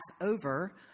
over